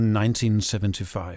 1975